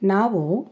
ನಾವು